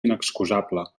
inexcusable